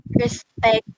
respect